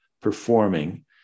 performing